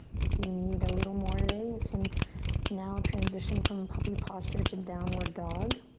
if you need a little more today, you can now transition from puppy posture to downward dog.